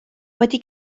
wedi